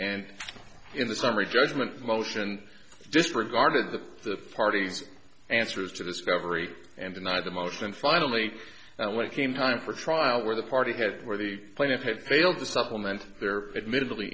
and in the summary judgment motion disregarded the parties answers to discovery and deny the motion and finally when it came time for trial where the party had for the plaintiff had failed to supplement their admittedly